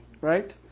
right